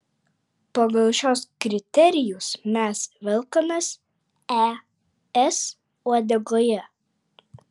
pagal šiuos kriterijus mes velkamės es uodegoje